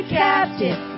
captive